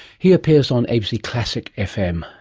he appears on abc classic fm,